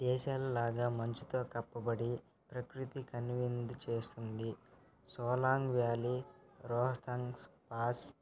దేశాలలాగా మంచుతో కప్పబడి ప్రకృతి కనువిందు చేస్తుంది సోలాంగ్ వ్యాలీ రోహతంగ్స్ పాస్